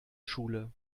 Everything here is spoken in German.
schule